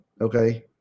okay